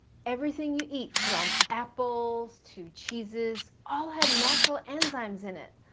everything you eat, from apples to cheeses, all have natural enzymes in it.